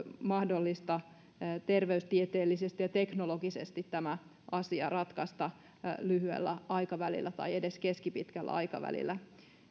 mahdollista terveystieteellisesti ja teknologisesti tämä asia ratkaista lyhyellä aikavälillä tai edes keskipitkällä aikavälillä